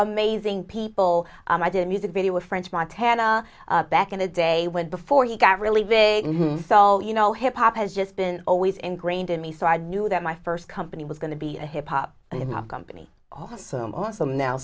amazing people i did music video with french montana back in the day when before he got really big and he fell you know hip hop has just been always ingrained in me so i knew that my first company was going to be a hip hop in the company awesome awesome now